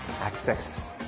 Access